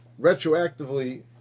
retroactively